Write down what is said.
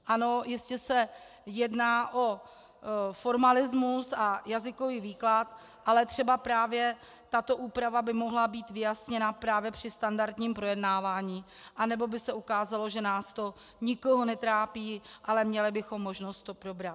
Ano, jistě se jedná o formalismus a jazykový výklad, ale třeba právě tato úprava by mohla být vyjasněna právě při standardním projednávání, anebo by se ukázalo, že nás to nikoho netrápí, ale měli bychom možnost to probrat.